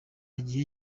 gihe